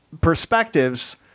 perspectives